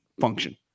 function